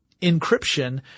encryption